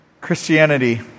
Christianity